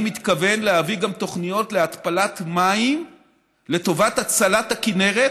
אני מתכוון להביא גם תוכניות להתפלת מים לטובת הצלת הכינרת